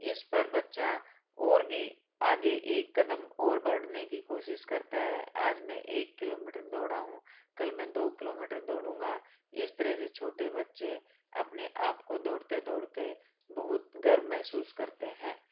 इस पर बच्चा और भी आगे एक कदम और बढ़ने कि कोशिश करता है आज मैं एक किलोमीटर दौड़ा हूँ कल मैं दो किलोमीटर दौड़ूँगा इस तरह से छोटे बच्चे अपने आप को दौड़ते दौड़ते बहुत गर्व महसूस करते है